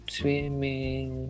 swimming